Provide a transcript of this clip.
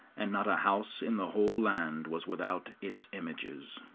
and not a house in the whole land was without its images.